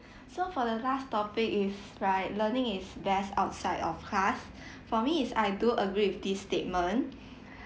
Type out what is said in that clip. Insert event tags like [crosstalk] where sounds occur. [breath] so for the last topic is right learning is best outside of class [breath] for me is I do agree with this statement [breath]